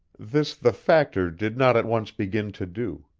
this the factor did not at once begin to do,